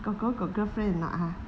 kor kor got girlfriend or not ha